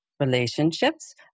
Relationships